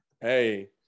Hey